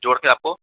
जोड़ के आपको